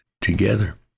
together